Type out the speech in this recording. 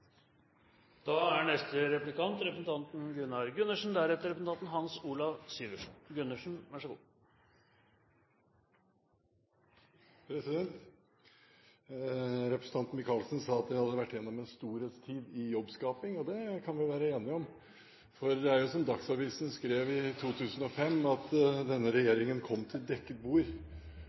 Representanten Micaelsen sa at vi har vært gjennom en storhetstid i jobbskaping, og det kan vi være enige om. Det er som Dagsavisen skrev i 2005, at denne regjeringen kom til dekket bord,